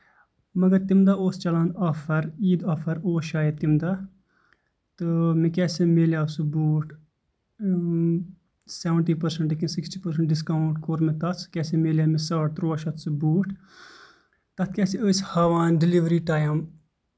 مَگر تَمہِ دۄہ اوس چلان آفر عیٖد آفر اوس شاید تَمہِ دۄہ تہٕ مےٚ کیاہ سا میلیو سُہ بوٗٹ سیونٹی پٔرسنٹ کِنہٕ سِکِسٹی پٔرسنٹ ڈِسکاوُنٹ کوٚر مےٚ تَتھ سُہ کیاہ سا ملیو مےٚ ساڈ ترُٛواہ شیٚتھ سُہ بوٗٹ تَتھ کیاہ سا ٲسۍ ہاوان ڈیلؤری ٹایم